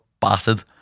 battered